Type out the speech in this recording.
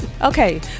Okay